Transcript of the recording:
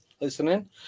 listening